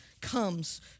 comes